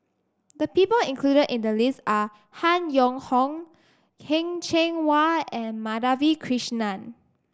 the people included in the list are Han Yong Hong Heng Cheng Hwa and Madhavi Krishnan